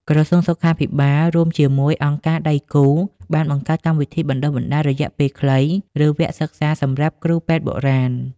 ក្រសួងសុខាភិបាល រួមជាមួយអង្គការដៃគូ បានបង្កើតកម្មវិធីបណ្ដុះបណ្ដាលរយៈពេលខ្លី ឬវគ្គសិក្សាសម្រាប់គ្រូពេទ្យបុរាណ។